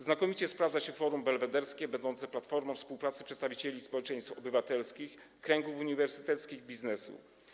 Znakomicie sprawdza się Forum Belwederskie, będące platformą współpracy przedstawicieli społeczeństw obywatelskich, kręgów uniwersyteckich, biznesu.